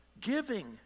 Giving